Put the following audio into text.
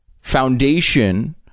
foundation